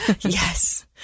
Yes